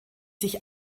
sich